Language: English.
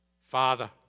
Father